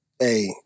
Hey